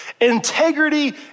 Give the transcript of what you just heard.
Integrity